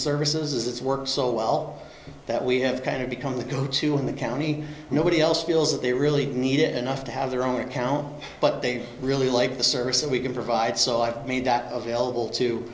services it's worked so well that we have kind of become the go to in the county nobody else feels that they really need it enough to have their own account but they really like the service that we can provide so i mean that available to